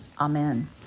Amen